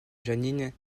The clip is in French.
jeanine